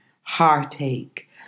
heartache